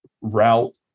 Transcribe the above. route